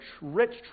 rich